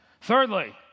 Thirdly